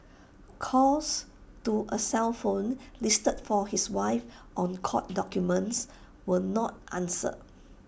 calls to A cell phone listed for his wife on court documents were not answered